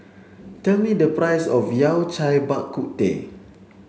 tell me the price of Yao Cai Bak Kut Teh